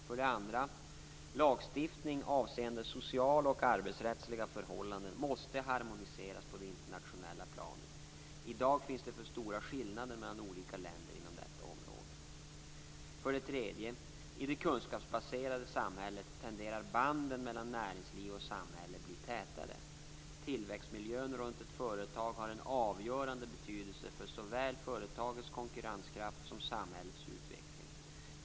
För det andra: Lagstiftning avseende sociala och arbetsrättsliga förhållanden måste harmoniseras på det internationella planet. I dag finns det för stora skillnader mellan olika länder inom detta område. För det tredje: I det kunskapsbaserade samhället tenderar banden mellan näringsliv och samhälle att bli tätare. Tillväxtmiljön runt ett företag har en avgörande betydelse för såväl företagets konkurrenskraft som samhällets utveckling.